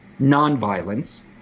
nonviolence